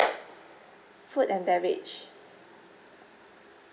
food and beverage